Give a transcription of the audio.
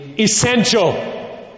essential